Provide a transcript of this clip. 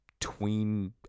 tween